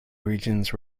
regions